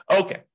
Okay